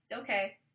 okay